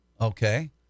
Okay